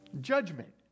Judgment